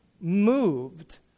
moved